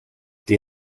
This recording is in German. die